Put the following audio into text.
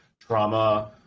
trauma